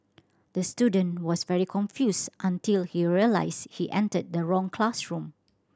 the student was very confused until he realised he entered the wrong classroom